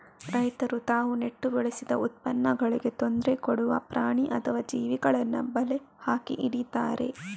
ರೈತರು ತಾವು ನೆಟ್ಟು ಬೆಳೆಸಿದ ಉತ್ಪನ್ನಗಳಿಗೆ ತೊಂದ್ರೆ ಕೊಡುವ ಪ್ರಾಣಿ ಅಥವಾ ಜೀವಿಗಳನ್ನ ಬಲೆ ಹಾಕಿ ಹಿಡೀತಾರೆ